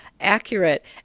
accurate